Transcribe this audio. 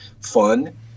fun